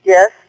Yes